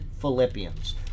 Philippians